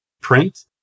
print